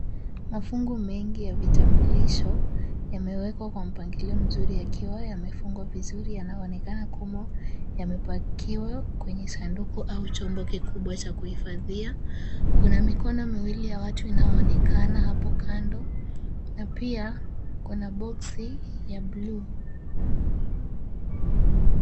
Mafungu mengi ya vitambulisho yamewekwa kwa mpangilio mzuri yakiwa yamefungwa vizuri. Yanaonekana kama yamepakiwa kwenye sanduku au chombo kikubwa cha kuhifadhia. Kuna mikono miwili ya watu inayoonekana hapo kando. Na pia. Kuna boksi ya bluu.